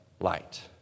light